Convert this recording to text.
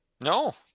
No